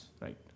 right